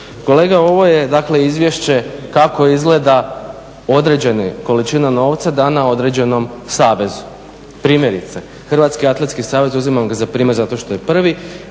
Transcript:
Kolega ovo je dakle izvješće kako izgleda određena količina novca dana određenom savezu. Primjerice, Hrvatski atletski savez … zato što je prvi,